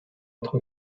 être